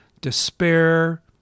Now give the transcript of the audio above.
despair